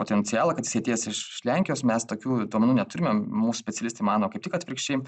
potencialą kad jisai atėjęs iš lenkijos mes tokių duomenų neturime mūsų specialistai mano kaip tik atvirkščiai